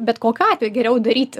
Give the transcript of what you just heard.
bet kokiu atveju geriau daryti